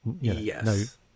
yes